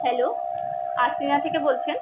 hello আর্সিনা থেকে বলছেন